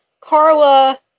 Carla